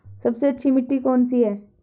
सबसे अच्छी मिट्टी कौन सी है?